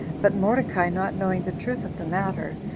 but mordecai, not knowing the truth of the matter,